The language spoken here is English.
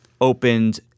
opened